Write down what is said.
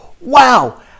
wow